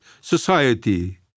Society